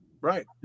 right